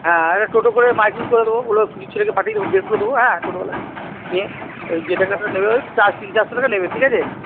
হ্যাঁ একটা টোটো করে মাইকিং করে দেব বলব কিছু ছেলেকে পাঠিয়ে দেব বের করে দেব হ্যাঁ টোটোওয়ালাকে নিয়ে ওই যে টাকাটা নেবে ওই প্রায় তিন চারশো টাকা নেবে ঠিক আছে